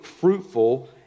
fruitful